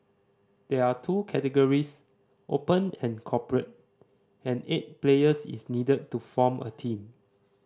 there are two categories Open and Corporate and eight players is needed to form a team